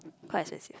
quite expensive